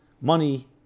money